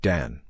Dan